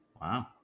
wow